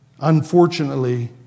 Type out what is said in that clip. Unfortunately